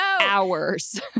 hours